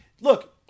look